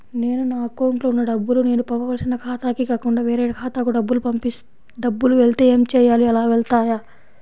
నేను నా అకౌంట్లో వున్న డబ్బులు నేను పంపవలసిన ఖాతాకి కాకుండా వేరే ఖాతాకు డబ్బులు వెళ్తే ఏంచేయాలి? అలా వెళ్తాయా?